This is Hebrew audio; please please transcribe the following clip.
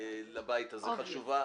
שהיא חשובה